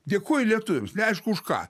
dėkoja lietuviams neaišku už ką